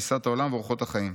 תפיסת העולם ואורחות חיים.